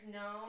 no